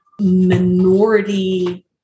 minority